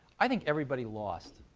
i think everybody lost.